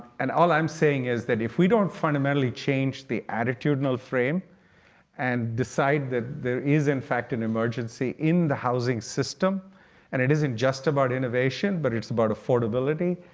and all i'm saying is that if we don't fundamentally change the attitudinal frame and decide that there is, in fact, an emergency in the housing system and it isn't just about innovation, but it's about affordability.